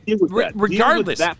Regardless